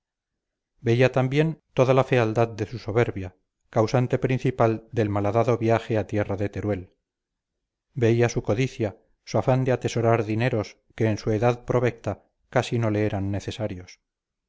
veía también toda la fealdad de su soberbia causante principal del malhadado viaje a tierra de teruel veía su codicia su afán de atesorar dineros que en su edad provecta casi no le eran necesarios